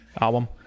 album